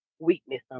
weakness